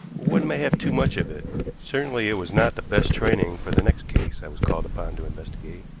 one may have too much of it certainly it was not the best training for the next case i was called upon to investigate.